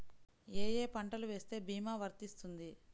ఏ ఏ పంటలు వేస్తే భీమా వర్తిస్తుంది?